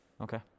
Okay